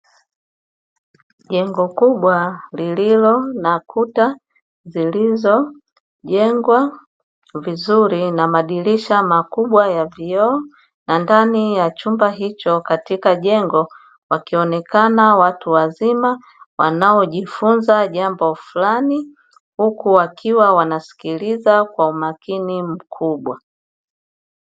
Jengo kubwa lililo na kuta zilizojengwa vizuri na madirisha makubwa ya vioo na ndani ya chumba hicho katika jengo wakionekana watu wazima wanaojifunza jambo fulani huku wakiwa wanasikiliza kwa umakini mkubwa.